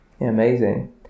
amazing